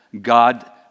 God